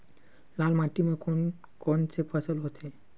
लाल माटी म कोन कौन से फसल होथे?